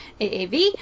AAV